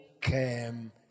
came